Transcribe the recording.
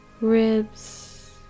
ribs